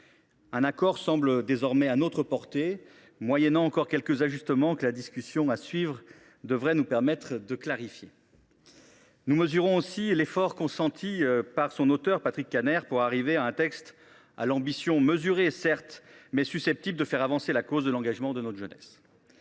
Un accord semble désormais à notre portée, moyennant quelques ajustements, que la discussion à suivre devrait nous permettre d’obtenir. Nous mesurons aussi l’effort consenti par l’auteur, Patrick Kanner, pour parvenir à un texte à l’ambition mesurée certes, mais susceptible de faire avancer la cause de l’engagement de notre jeunesse.